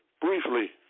Briefly